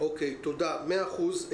מאה אחוז.